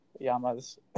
yamas